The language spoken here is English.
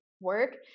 work